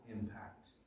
impact